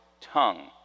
tongue